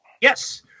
Yes